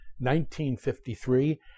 1953